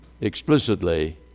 explicitly